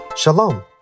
Shalom